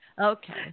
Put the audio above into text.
Okay